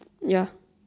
ya